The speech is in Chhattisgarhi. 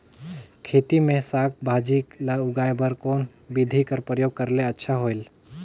खेती मे साक भाजी ल उगाय बर कोन बिधी कर प्रयोग करले अच्छा होयल?